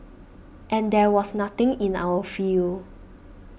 and there was nothing in our field